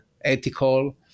ethical